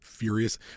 Furious